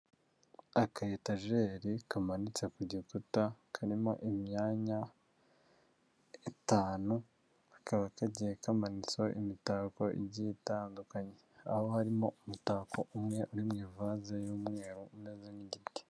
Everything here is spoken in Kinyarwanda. Akayetajeri kamanitse ku gikuta karimo imyanya itanu, kakaba kagiye kamanitseho imitako igiye itandukanye. Aho harimo umutako umwe uri mu ivaze y'umweru umeze nk'igiti.